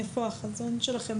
איפה החזון שלכם,